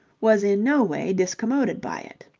was in no way discommoded by it.